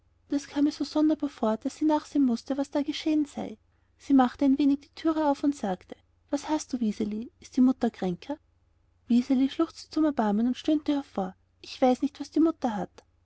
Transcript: das kam ihr so sonderbar vor sie mußte nachsehen was da geschehen sei sie machte ein wenig die tür auf und sagte was hast du wiseli ist die mutter kränker wiseli schluchzte zum erbarmen und stöhnte hervor ich weiß nicht was die mutter hat